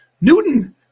Newton